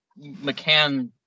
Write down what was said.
mccann